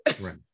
Right